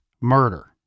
murder